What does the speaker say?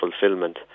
fulfillment